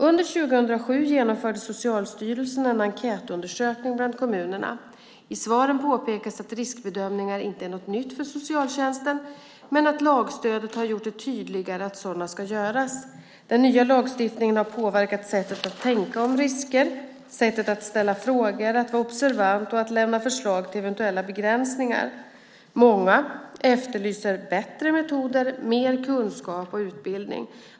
Under 2007 genomförde Socialstyrelsen en enkätundersökning bland kommunerna. I svaren påpekas att riskbedömningar inte är något nytt för socialtjänsten men att lagstödet har gjort det tydligare att sådana ska göras. Den nya lagstiftningen har påverkat sättet att tänka om risker, sättet att ställa frågor, att vara observant och att lämna förslag till eventuella begränsningar. Många efterlyser bättre metoder, mer kunskap och utbildning.